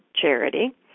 charity